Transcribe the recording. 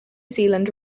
zealand